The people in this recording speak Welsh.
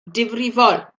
difrifol